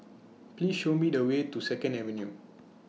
Please Show Me The Way to Second Avenue